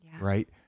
right